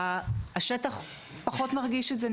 השטח פחות מרגיש את זה,